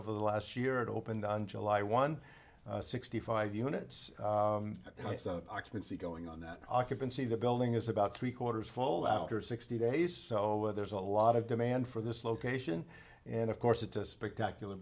over the last year it opened on july one sixty five units occupancy going on that occupancy the building is about three quarters full outer sixty days so there's a lot of demand for this location and of course it's a spectacular